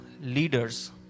leaders